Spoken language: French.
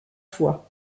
fois